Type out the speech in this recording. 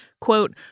Quote